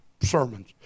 sermons